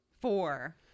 four